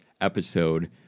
episode